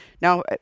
now